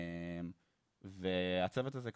הצוות הזה,